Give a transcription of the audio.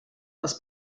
das